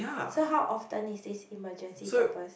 so how often is this emergency purpose